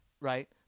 right